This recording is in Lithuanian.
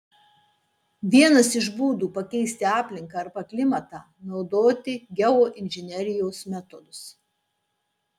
vienas iš būdų pakeisti aplinką arba klimatą naudoti geoinžinerijos metodus